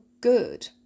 good